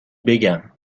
بگم